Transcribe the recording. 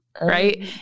Right